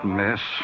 miss